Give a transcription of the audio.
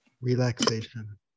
Relaxation